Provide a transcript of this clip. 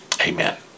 Amen